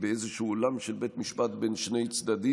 באיזשהו אולם של בית המשפט בין שני צדדים,